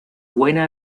buena